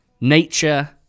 nature